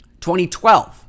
2012